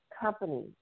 company